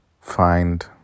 find